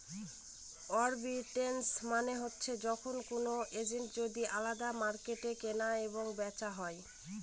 arbitrage মানে হচ্ছে যখন কোনো এসেট যদি আলাদা মার্কেটে কেনা এবং বেচা হয়